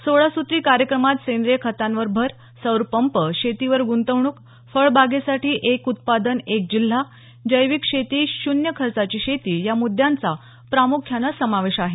सोळा सुत्री कार्यक्रमात सेंद्रीय खतांवर भर सौर पंप शेतीवर गुंतवणूक फळबागेसाठी एक उत्पादन एक जिल्हा जैविक शेती शून्य खर्चाची शेती या मुद्द्यांचा प्रामुख्यानं समावेश आहे